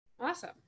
Awesome